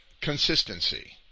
consistency